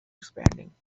disbanding